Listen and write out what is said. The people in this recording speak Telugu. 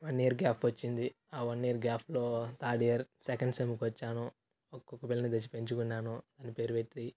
వన్ ఇయర్ గ్యాప్ వచ్చింది ఆ వన్ ఇయర్ గ్యాఫ్లో థర్డ్ ఇయర్ సెకండ్ సెమ్కొచ్చాను ఓ కుక్క పిల్లను దెచ్చి పెంచుకున్నాను దాని పేరు వెట్టి